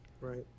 Right